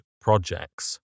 projects